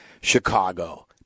Chicago